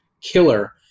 killer